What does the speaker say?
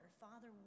Father